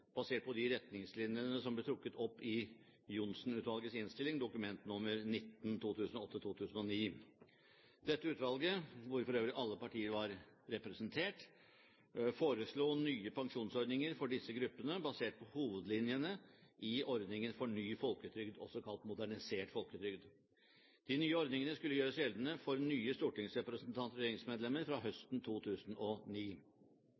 basert på de retningslinjene som ble trukket opp i Johnsen-utvalgets innstilling, Dokument nr. 19 for 2008–2009. Dette utvalget, hvor for øvrig alle partier var representert, foreslo nye pensjonsordninger for disse gruppene basert på hovedlinjene i ordningen for ny folketrygd, også kalt modernisert folketrygd. De nye ordningene skulle gjøres gjeldende for nye stortingsrepresentanter og regjeringsmedlemmer fra